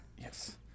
Yes